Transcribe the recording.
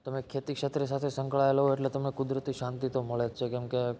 તમે ખેતી ક્ષેત્રે સાથે સંકળાયેલા હોય અને એટલે તમને કુદરતી શાંતિ તો મળે જ છે કેમ કે